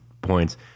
points